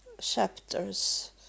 chapters